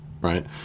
right